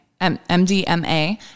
MDMA